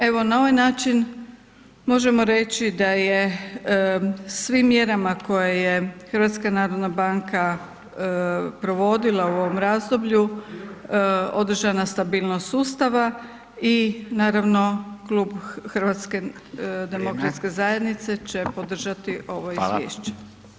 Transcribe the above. Evo na ovaj način možemo reći da je svim mjerama koje je HNB provodila u ovom razdoblju održana stabilnost sustava i naravno klub HDZ-a će podržati ovo izvješće.